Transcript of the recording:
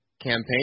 campaign